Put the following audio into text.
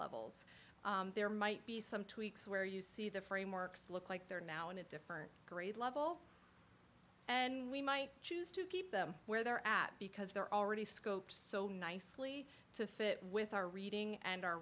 levels there might be some tweaks where you see the frameworks look like they're now in a different grade level and we might choose to keep them where they're at because they're already scopes so nicely to fit with our reading and